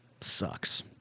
sucks